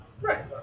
Right